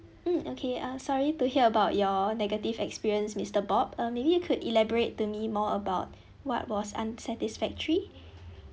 mm okay uh sorry to hear about your negative experience mister bob uh maybe you could elaborate to me more about what was unsatisfactory